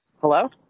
Hello